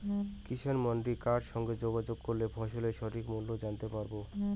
কিষান মান্ডির কার সঙ্গে যোগাযোগ করলে ফসলের সঠিক মূল্য জানতে পারবো?